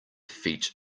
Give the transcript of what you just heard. feet